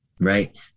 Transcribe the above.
right